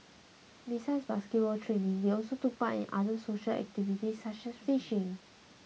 besides basketball training they also took part in other social activities such as fishing